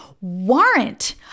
warrant